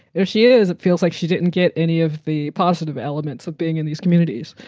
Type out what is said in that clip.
there she is. it feels like she didn't get any of the positive elements of being in these communities.